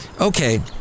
Okay